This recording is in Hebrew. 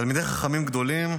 תלמידי חכמים גדולים,